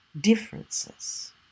differences